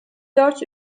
dört